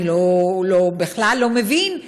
אני בכלל לא מבין,